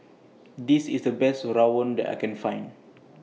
This IS The Best Rawon that I Can Find